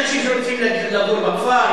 יש אנשים שרוצים לגור בכפר,